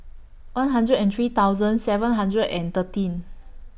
one hundred and three thousand seven hundred and thirteen